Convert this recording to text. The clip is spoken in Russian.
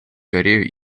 корею